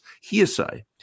hearsay